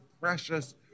precious